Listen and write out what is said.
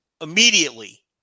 immediately